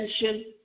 attention